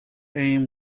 aim